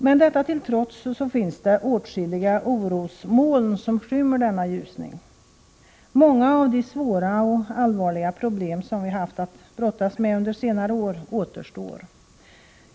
Men detta till trots finns det åtskilliga orosmoln som skymmer denna ljusning. Många av de svåra och allvarliga problem som vi haft att brottas med under senare år återstår.